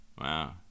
Wow